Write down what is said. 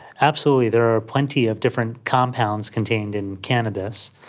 absolutely there are plenty of different compounds contained in cannabis,